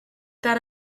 that